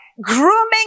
grooming